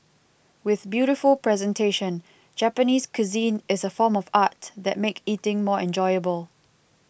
with beautiful presentation Japanese cuisine is a form of art that make eating more enjoyable